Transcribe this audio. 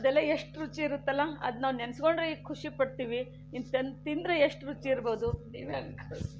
ಅದೆಲ್ಲ ಎಷ್ಟು ರುಚಿ ಇರುತ್ತಲ್ಲ ಅದು ನಾವು ನೆನೆಸಿಕೊಂಡರೆ ಈಗ ಖುಷಿಪಡ್ತೀವಿ ಇನ್ನು ತಿಂದರೆ ಎಷ್ಟು ರುಚಿ ಇರ್ಬೋದು ನೀವೇ